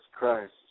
Christ